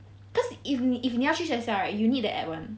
cause if if 你要去学校 right you need that app [one]